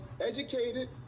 educated